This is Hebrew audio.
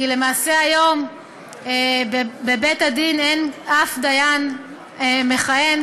כי למעשה אין היום בבית-הדין אף דיין מכהן.